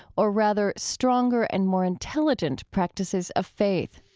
or rather stronger and more intelligent practices of faith.